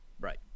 Right